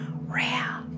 rare